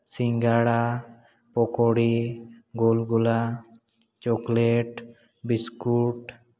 ᱥᱤᱸᱜᱟᱲᱟ ᱯᱳᱠᱳᱲᱤ ᱜᱳᱞᱜᱚᱞᱟ chocolate biscuit